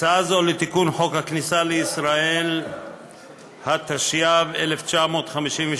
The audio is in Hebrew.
הצעה זו לתיקון חוק הכניסה לישראל, התשי"ב 1952,